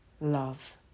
love